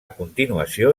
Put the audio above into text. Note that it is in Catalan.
continuació